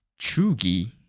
Chugi